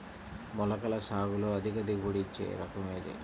మొలకల సాగులో అధిక దిగుబడి ఇచ్చే రకం ఏది?